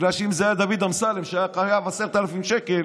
בגלל שאם זה היה דוד אמסלם שהיה חייב 10,000 שקל,